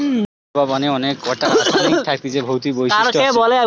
জল বা পানির অনেক কোটা রাসায়নিক থাকতিছে ভৌতিক বৈশিষ্ট আসে